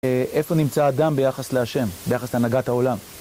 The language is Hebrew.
איפה נמצא אדם ביחס להשם, ביחס לנהגת העולם?